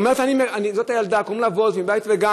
ואומרת: זאת הילדה,